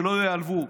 שלא ייעלבו.